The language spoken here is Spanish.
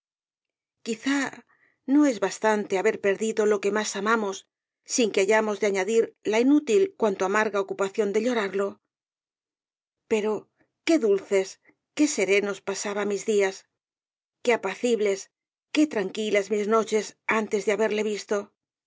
quizá no es bastante haber perdido lo que más amamos sin que hayamos de añadir la inútil el caballero d e las botas azules cuanto amarga ocupación de llorarlo pero qué dulces qué serenos pasaba mis días qué apacibles qué tranquilas mis noches antes de haberle visto